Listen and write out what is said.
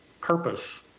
purpose